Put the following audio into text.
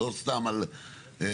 לא סתם כללי.